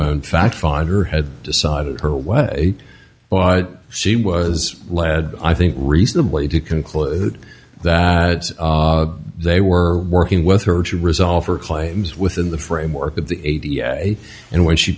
own fact fodder had decided her way but she was led i think reasonably to conclude that they were working with her to resolve her claims within the framework of the way and when she